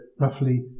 roughly